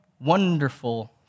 wonderful